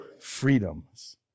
freedoms